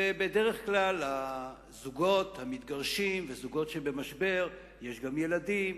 ובדרך כלל לזוגות המתגרשים ולזוגות שבמשבר יש גם ילדים,